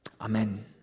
Amen